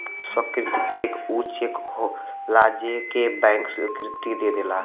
स्वीकृत चेक ऊ चेक होलाजे के बैंक स्वीकृति दे देला